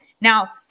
Now